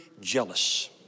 jealous